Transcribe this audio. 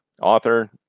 author